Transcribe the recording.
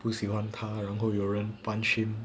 不喜欢他然后有人 punch him